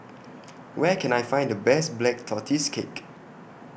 Where Can I Find The Best Black Tortoise Cake